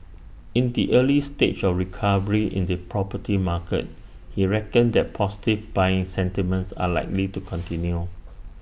in the early stage of recovery in the property market he reckoned that positive buying sentiments are likely to continue